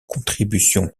contribution